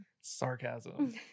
Sarcasm